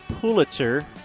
Pulitzer